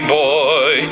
boy